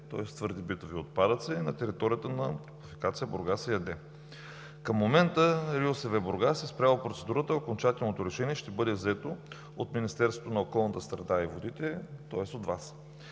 тоест твърди битови отпадъци, на територията на „Топлофикация – Бургас“ ЕАД. Към момента РИОСВ – Бургас, е спряло процедурата, а окончателното решение ще бъде взето от Министерството на околната среда и водите, тоест от Вас.